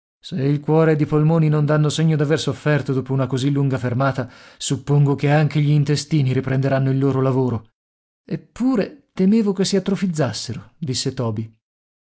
se il cuore ed i polmoni non danno segno d'aver sofferto dopo una così lunga fermata suppongo che anche gli intestini riprenderanno il loro lavoro eppure temevo che si atrofizzassero disse toby